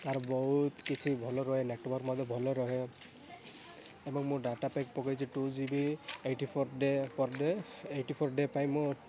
ତା'ର ବହୁତ କିଛି ଭଲ ରହେ ନେଟୱାର୍କ୍ ମଧ୍ୟ ଭଲ ରହେ ଏବଂ ମୁଁ ଡାଟା ପ୍ୟାକ୍ ପକାଇଛି two G B eighty four day per day eighty four day ପାଇଁ ମୁଁ